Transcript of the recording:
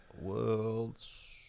Worlds